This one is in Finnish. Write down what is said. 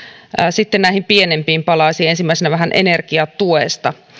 sitten näihin pienempiin palasiin ensimmäisenä vähän energiatuesta